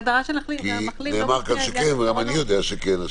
כי נאמר כאן שכן וגם אני יודע שכן.